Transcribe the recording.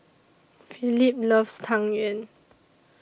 Phillip loves Tang Yuen